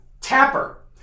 Tapper